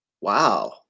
Wow